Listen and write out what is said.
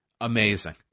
amazing